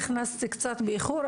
נכנסתי קצת באיחור,